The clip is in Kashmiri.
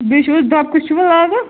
بیٚیہِ چھُ حظ دبکہٕ چھُوٕ لاگان